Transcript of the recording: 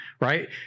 right